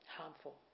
harmful